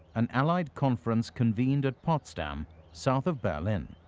an allied conference convened at potsdam south of berlin.